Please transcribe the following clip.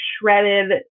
shredded